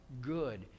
good